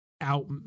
out